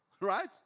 Right